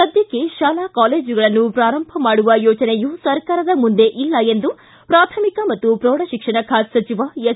ಸದ್ದಕ್ಕೆ ಶಾಲೆ ಕಾಲೇಜುಗಳನ್ನು ಪಾರಂಭ ಮಾಡುವ ಯೋಚನೆಯು ಸರ್ಕಾರದ ಮುಂದೆ ಇಲ್ಲ ಎಂದು ಪ್ರಾಥಮಿಕ ಮತ್ತು ಪ್ರೌಢಶಿಕ್ಷಣ ಖಾತೆ ಸಚಿವ ಎಸ್